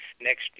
next